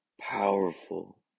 powerful